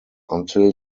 until